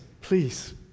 please